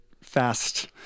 fast